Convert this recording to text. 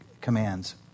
commands